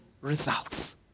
results